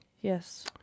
Yes